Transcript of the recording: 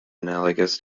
analogous